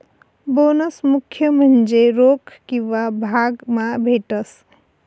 bonus मुख्य म्हन्जे रोक किंवा भाग मा भेटस